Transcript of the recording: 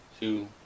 two